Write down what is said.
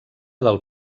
del